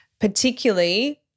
particularly